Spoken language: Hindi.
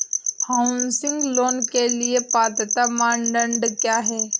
हाउसिंग लोंन के लिए पात्रता मानदंड क्या हैं?